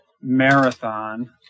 Marathon